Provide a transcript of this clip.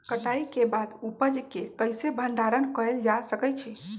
कटाई के बाद उपज के कईसे भंडारण कएल जा सकई छी?